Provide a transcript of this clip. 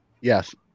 yes